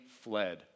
fled